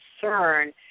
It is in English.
concern